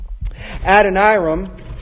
Adoniram